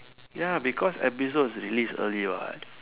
ya because episodes release early what